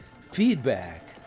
feedback